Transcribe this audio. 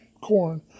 corn